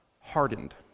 hardened